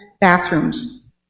bathrooms